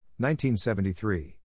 1973